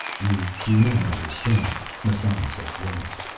you do not understand, massan said grimly,